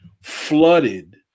Flooded